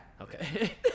Okay